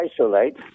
isolate